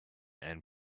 and